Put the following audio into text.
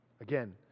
Again